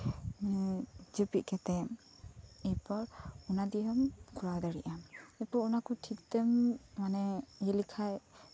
ᱥᱚᱢᱚᱭ ᱨᱮ ᱡᱟᱹᱯᱤᱫ ᱠᱟᱛᱮ ᱮᱨᱯᱚᱨ ᱚᱱᱟ ᱫᱤᱭᱮ ᱦᱚᱸᱢ ᱠᱚᱨᱟᱣ ᱫᱟᱲᱮᱭᱟᱜᱼᱟ ᱚᱱᱟ ᱠᱚ ᱴᱷᱤᱠ ᱛᱟᱭᱚᱢ ᱢᱟᱱᱮ ᱤᱭᱟᱹ ᱞᱮᱠᱷᱟᱡ